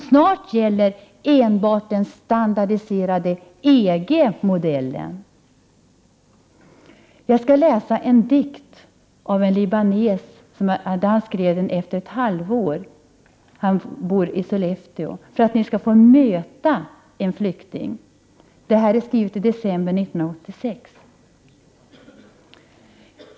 Snart gäller enbart den standardiserade EG-modellen! För att ni skall få möta en flykting skall jag läsa en dikt som en libanes skrev efter ett halvår i Sverige. Han bor i Sollefteå. Dikten är skriven i december 1986.